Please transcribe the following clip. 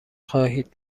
خواهید